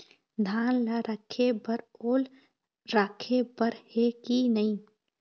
धान ला रखे बर ओल राखे बर हे कि नई?